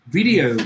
video